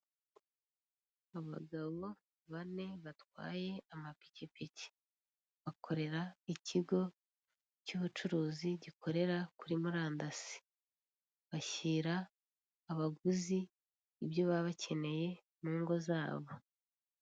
Abagabo bane batwaye amapikipiki bakorera ikigo cy'ubucuruzi gikorera kuri murandasi bashyira abaguzi ibyo baba bakeneye mu ngo zabo.